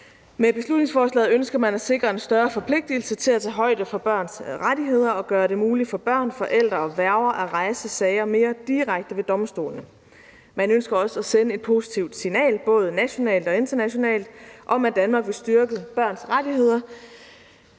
Med beslutningsforslaget ønsker man at sikre en større forpligtelse til at tage højde for børns rettigheder og gøre det muligt for børn, forældre og værger at rejse sager mere direkte ved domstolene. Man ønsker også at sende et positivt signal både nationalt og internationalt om, at Danmark vil styrke børns rettigheder